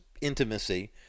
intimacy